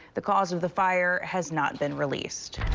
the cause of the fire has not been released.